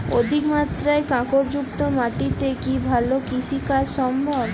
অধিকমাত্রায় কাঁকরযুক্ত মাটিতে কি ভালো কৃষিকাজ সম্ভব?